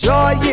Joy